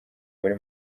muri